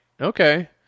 Okay